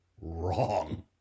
wrong